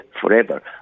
forever